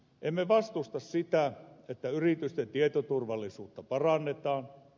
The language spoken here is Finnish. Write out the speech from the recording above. emme vastusta sitä että yritysten tietoturvallisuutta parannetaan